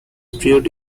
period